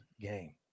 game